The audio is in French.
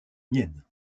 mienne